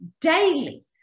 daily